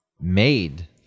made